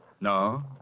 No